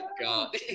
God